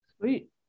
Sweet